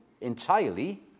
entirely